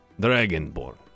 dragonborn